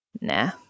nah